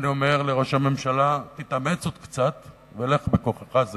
אני אומר לראש הממשלה: תתאמץ עוד קצת ולך בכוחך זה,